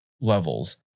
levels